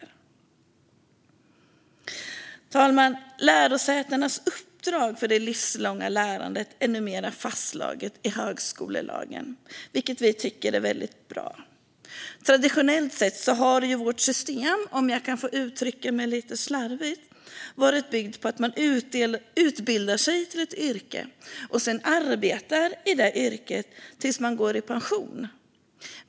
Fru talman! Lärosätenas uppdrag för det livslånga lärandet är numera fastslaget i högskolelagen, vilket Miljöpartiet tycker är väldigt bra. Traditionellt sett har ju vårt system, om jag kan få uttrycka mig lite slarvigt, varit byggt på att man utbildar sig till ett yrke och sedan arbetar i det yrket fram till att man går i pension.